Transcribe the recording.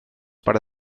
para